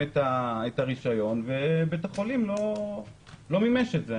את הרישיון ובית החולים לא מימש את זה.